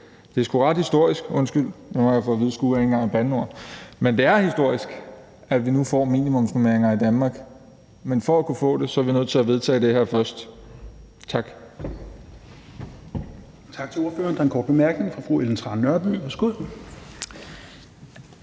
Det er sgu ret historisk. Undskyld, jeg har jeg fået at vide, at sgu ikke engang er et bandeord, men det er historisk, at vi nu får minimumsnormeringer i Danmark. Men for at kunne få det, er vi nødt til at vedtage det her først. Tak.